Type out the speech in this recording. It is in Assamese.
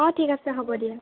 অঁ ঠিক আছে হ'ব দিয়া